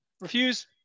Refuse